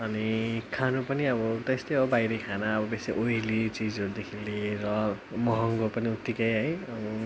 अनि खानु पनि अब त्यस्तै हो बाहिरी खाना अब बेसी ओइली चिजहरूदेखि लिएर महँगो पनि उत्तिकै है